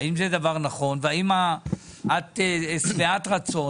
האם זה דבר נכון והאם את שבעת רצון